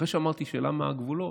אחרי שאמרתי שהשאלה היא מה הגבולות,